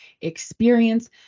experience